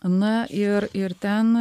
na ir ir ten